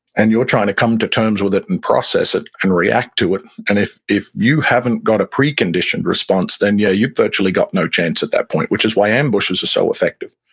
and you're trying to come to terms with it and process it and react to it. and if if you haven't got a preconditioned response, then, yeah, you've virtually got no chance at that point, which is why ambushes are so effective.